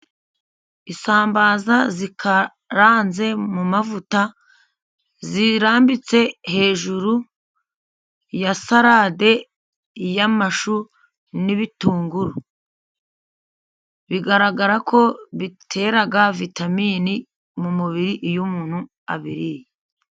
Isambaza zikaranze mu mavuta zirambitse hejuru ya sarade y'amashu n'ibitunguru, bigaragara ko bitera vitamini mu mubiri iyo umuntu abiriye.